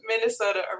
Minnesota